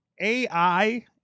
AI